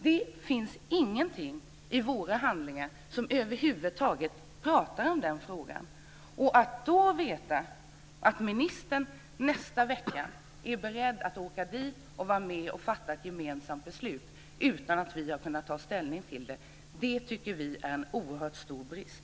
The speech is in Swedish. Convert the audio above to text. Det finns ingenting i våra handlingar som över huvud taget berör den frågan. Vi vet att ministern nästa vecka är beredd att åka dit och vara med och fatta ett gemensamt beslut utan att vi har kunnat ta ställning till det. Det tycker vi är en oerhört stor brist.